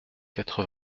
quatre